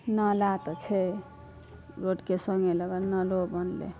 नाला तऽ छै रोडके सङ्गे लगन नलो बनलै